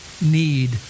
need